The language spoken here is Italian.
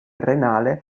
renale